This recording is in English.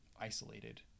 isolated